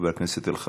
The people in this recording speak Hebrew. חבר הכנסת אלחרומי,